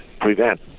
prevent